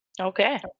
Okay